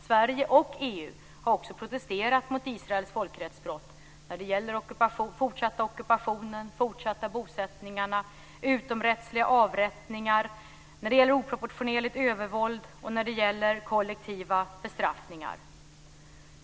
Sverige och EU har också protesterat mot Israels folkrättsbrott när det gäller den fortsatta ockupationen, de fortsatta bosättningarna, utomrättsliga avrättningar, oproportionerligt övervåld och kollektiva bestraffningar.